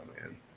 man